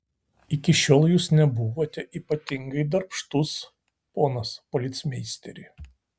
iki šiol jūs nebuvote ypatingai darbštus ponas policmeisteri